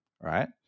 Right